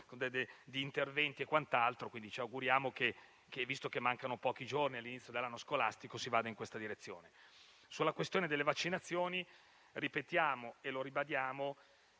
degli interventi e quant'altro. Ci auguriamo che, visto che manca poco tempo all'inizio dell'anno scolastico, si vada in questa direzione. Sulla questione delle vaccinazioni - lo ribadiamo